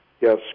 Yes